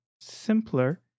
simpler